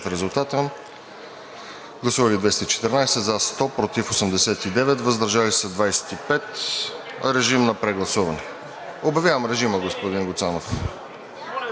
представители: за 100, против 89, въздържали се 25. Режим на прегласуване. Обявявам режима, господин Гуцанов.